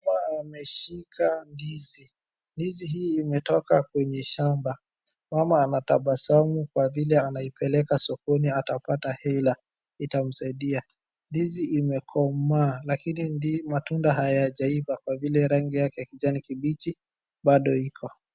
Mama ameshika ndizi, ndizi hii imetoka kwenye shamba. Mama anatabasamu kwa vile anaipeleka sokoni atapata hela, itamsaidia. Ndizi imekomaa, lakini matunda hayajaiva kwa vile rangi yake kijani kibichi bado iko.